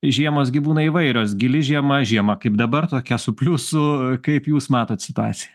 žiemos gi būna įvairios gili žiema žiema kaip dabar tokia su pliusų kaip jūs matot situaciją